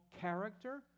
character